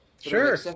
Sure